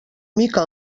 mica